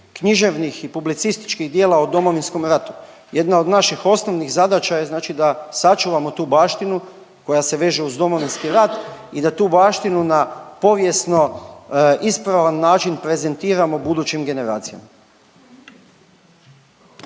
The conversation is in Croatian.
književnih i publicističkih djela o Domovinskom ratu. Jedna od naših osnovnih zadaća je da znači sačuvamo tu baštinu koja se veže uz Domovinski rat i da tu baštinu na povijesno-ispravan način prezentiramo budućim generacijama.